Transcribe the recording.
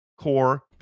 core